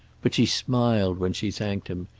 but she smiled when she thanked him,